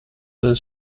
del